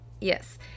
yes